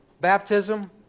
baptism